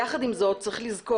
יחד עם זאת יש לזכור,